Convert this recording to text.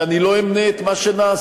שאני לא אמנה את מה שנעשה?